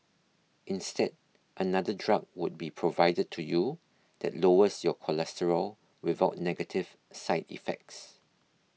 instead another drug would be provided to you that lowers your cholesterol without negative side effects